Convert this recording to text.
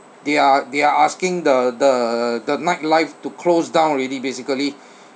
they're they're asking the the the nightlife to close down already basically